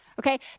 Okay